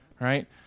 right